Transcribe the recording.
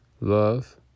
love